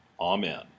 Amen